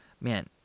man